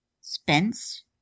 Spence